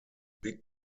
big